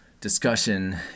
discussion